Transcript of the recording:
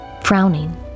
Frowning